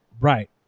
Right